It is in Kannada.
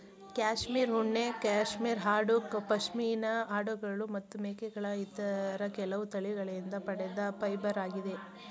ಕ್ಯಾಶ್ಮೀರ್ ಉಣ್ಣೆ ಕ್ಯಾಶ್ಮೀರ್ ಆಡು ಪಶ್ಮಿನಾ ಆಡುಗಳು ಮತ್ತು ಮೇಕೆಗಳ ಇತರ ಕೆಲವು ತಳಿಗಳಿಂದ ಪಡೆದ ಫೈಬರಾಗಿದೆ